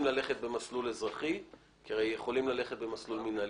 לפגיעה בלתי נסבלת בשלטון המקומי וזאת לא